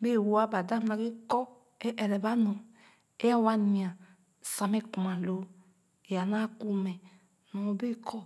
bee-wo ba dap naghe kɔ ee ɛrɛ ba nu ee a wa nya sa mɛ kumma loo ee a naa kuu-mɛ nyɔ bee kɔ